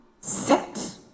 set